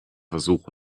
versuch